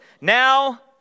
Now